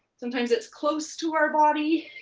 sometimes it's close to our body.